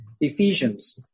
Ephesians